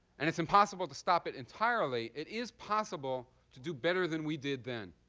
and it's impossible to stop it entirely, it is possible to do better than we did then.